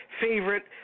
favorite